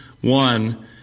one